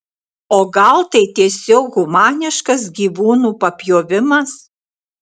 o gal tai tiesiog humaniškas gyvūnų papjovimas